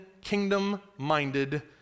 kingdom-minded